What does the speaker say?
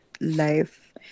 life